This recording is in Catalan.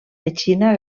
petxina